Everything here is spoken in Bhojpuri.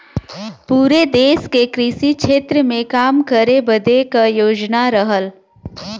पुरे देस के कृषि क्षेत्र मे काम करे बदे क योजना रहल